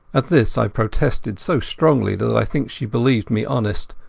at this i protested so strongly that i think she believed me honest,